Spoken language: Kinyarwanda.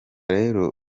rero